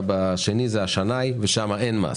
והשני זה השנאי שם אין מס.